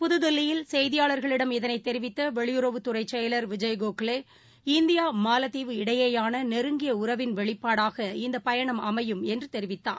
புதுதில்லியில் செய்தியாளர்களிடம் இதனைதெரிவித்தவெளியுறவுத்துறைசெயலர் விஜய் கோகலே இந்தியா மாலத்தீவு இடையேயானநெருங்கியஉறவின் வெளிப்பாடாக இந்தபயணம் அமையும் என்றுதெரிவித்தார்